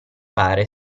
pare